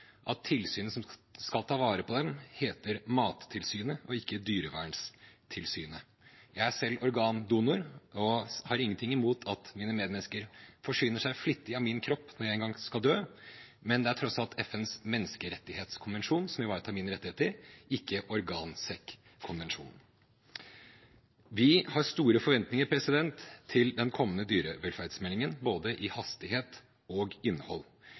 selv organdonor og har ingenting imot at mine medmennesker forsyner seg flittig av min kropp når jeg en gang skal dø, men det er tross alt FNs menneskerettighetskommisjon som ivaretar mine rettigheter, ikke en organkommisjon. Vi har store forventninger til den kommende dyrevelferdsmeldingen når det gjelder både hastighet og innhold.